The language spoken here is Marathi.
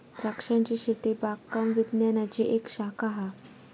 द्रांक्षांची शेती बागकाम विज्ञानाची एक शाखा हा